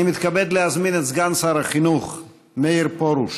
אני מתכבד להזמין את סגן שר החינוך מאיר פרוש